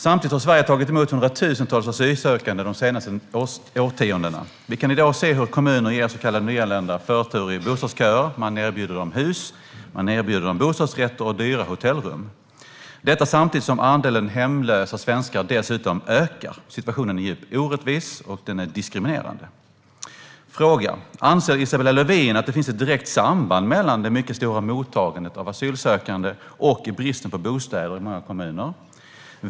Samtidigt har Sverige tagit emot hundratusentals asylsökande under de senaste årtiondena. Vi kan i dag se hur kommuner ger så kallade nyanlända förtur i bostadsköer. Man erbjuder dem hus, bostadsrätter eller dyra hotellrum, samtidigt som andelen hemlösa svenskar ökar. Situationen är djupt orättvis och diskriminerande. Anser Isabella Lövin att det finns ett direkt samband mellan det mycket stora mottagandet av asylsökande och bristen på bostäder i många kommuner?